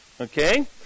Okay